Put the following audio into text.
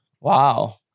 Wow